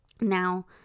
Now